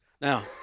Now